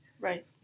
Right